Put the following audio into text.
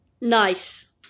Nice